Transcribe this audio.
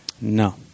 No